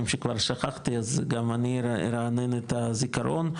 שכבר שכחתי אז גם אני ארענן את הזיכרון.